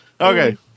Okay